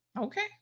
Okay